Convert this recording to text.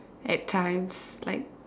at times like